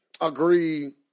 agree